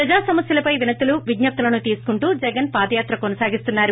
ప్రజా సమస్యలపై వినతులు విజ్లపులను తీసుకుంటూ జగన్ పాదయాత్ర కొనసాగిస్తున్నారు